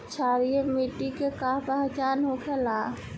क्षारीय मिट्टी के का पहचान होखेला?